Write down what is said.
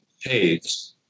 pays